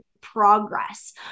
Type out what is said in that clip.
progress